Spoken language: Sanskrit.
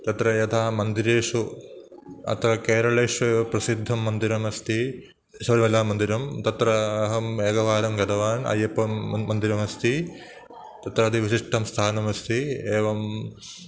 तत्र यथा मन्दिरेषु अत्र केरळेषु एव प्रसिद्धं मन्दिरमस्ति शबरिमलामन्दिरं तत्रा अहम् एकवारं गतवान् अय्यपं मन् मन्दिरमस्ति तत्र अतिविशिष्टं स्थानमस्ति एवं